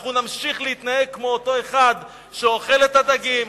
אנחנו נמשיך להתנהג כמו אותו אחד שאוכל את הדגים,